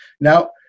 Now